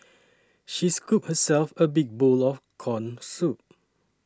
she scooped herself a big bowl of Corn Soup